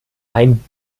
ein